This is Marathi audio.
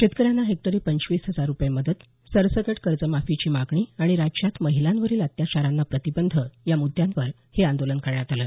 शेतकऱ्यांना हेक्टरी पंचवीस हजार रूपये मदत सरसकट कर्जमाफीची मागणी आणि राज्यात महिलांवरील अत्याचारांना प्रतिबंध या मृद्यांवर हे आंदोलन करण्यात आलं